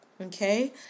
okay